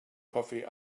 coffee